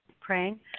praying